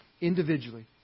individually